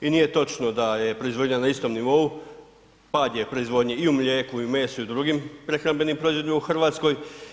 I nije točno da je proizvodnja na istom nivou, pad je proizvodnje i u mlijeku i u mesu i u drugim prehrambenim proizvodima u Hrvatskoj.